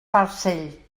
farcell